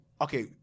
Okay